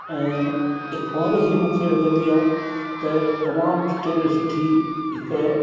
ऐं हिकु फोर ई मूंखे लॻंदी आहे त तमामु सुठे में सुठी हिकु